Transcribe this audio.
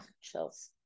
chills